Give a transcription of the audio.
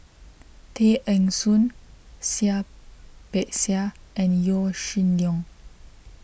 Tay Eng Soon Seah Peck Seah and Yaw Shin Leong